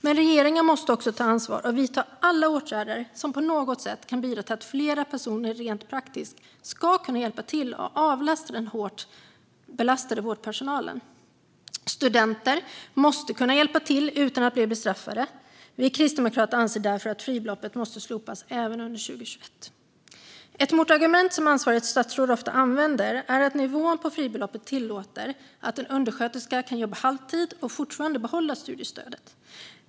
Men regeringen måste också ta ansvar och vidta alla åtgärder som på något sätt kan bidra till att fler personer rent praktiskt kan hjälpa till och avlasta den hårt belastade vårdpersonalen. Studenter måste kunna hjälpa till utan att bli straffade. Vi kristdemokrater anser därför att fribeloppet måste slopas även för 2021. Ett motargument som ansvarigt statsråd ofta använder är att nivån på fribeloppet tillåter att en undersköterska kan jobba halvtid och fortfarande behålla studiestödet.